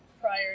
prior